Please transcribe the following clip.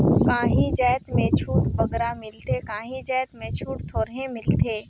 काहीं जाएत में छूट बगरा मिलथे काहीं जाएत में छूट थोरहें मिलथे